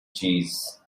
cheese